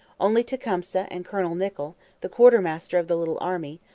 only tecumseh and colonel nichol, the quartermaster of the little army,